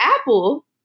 Apple